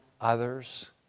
others